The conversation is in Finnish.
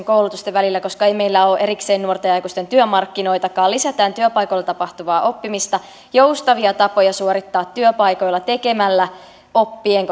koulutusten välillä koska ei meillä ole erikseen nuorten ja aikuisten työmarkkinoitakaan lisätään työpaikoilla tapahtuvaa oppimista joustavia tapoja suorittaa työpaikoilla tekemällä oppien